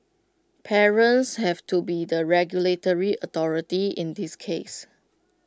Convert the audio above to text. parents have to be the regulatory authority in this case